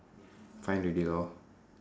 five already lor